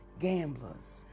gamblers,